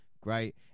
Great